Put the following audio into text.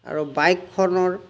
আৰু বাইকখনৰ